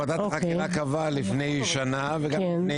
מי